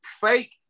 fake